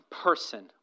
person